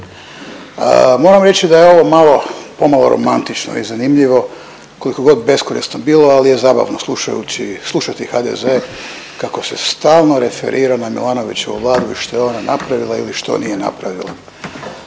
Moram reći da je ovo malo, pomalo romantično i zanimljivo, koliko god beskorisno bilo, ali je zabavno slušajući, slušati HDZ kako se stalno referira na Milanovićevu vladu i što je ona napravila ili što nije napravila.